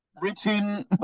written